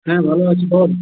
হ্যাঁ ভালো আছি বল